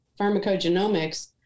pharmacogenomics